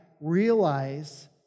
realize